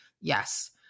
Yes